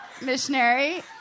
missionary